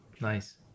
Nice